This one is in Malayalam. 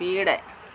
വീട്